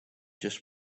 just